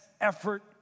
effort